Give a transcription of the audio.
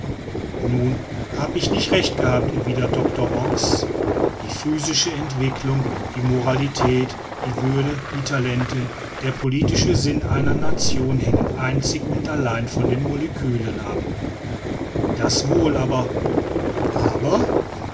nun habe ich nicht recht gehabt erwiderte doctor ox die physische entwickelung die moralität die würde die talente der politische sinn einer nation hängen einzig und allein von den molekülen ab das wohl aber aber